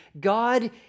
God